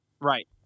Right